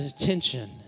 attention